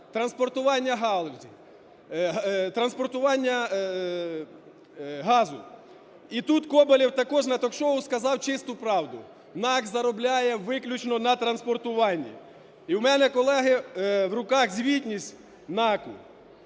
транспортування газу. І тут Коболєв також на ток-шоу сказав чисту правду: "НАК заробляє виключно на транспортуванні". І у мене, колеги, в руках звітність НАКу.